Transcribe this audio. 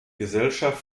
gesellschaft